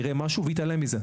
יראה משהו ויתעלם מזה.